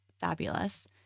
fabulous